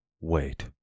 Wait